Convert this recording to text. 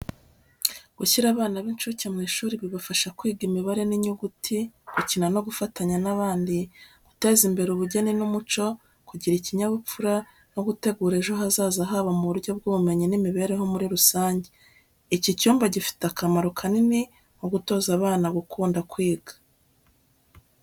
Gushyira abana b’incuke mu ishuri bibafasha kwiga imibare n’inyuguti, gukina no gufatanya n’abandi, guteza imbere ubugeni n’umuco, kugira ikinyabupfura, no gutegura ejo hazaza habo mu buryo bw’ubumenyi n’imibereho muri rusange. Iki cyumba gifite akamaro kanini nko gutoza abana gukunda kwiga.